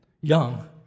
young